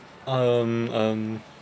um um